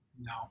no